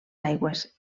aigües